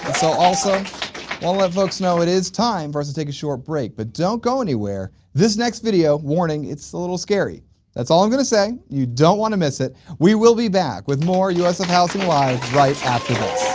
so also, wanna let folks know it is time for us to take a short break but don't go anywhere! this next video warning it's a little scary that's all i'm gonna say. you don't want to miss it we will be back with more usf housing live right after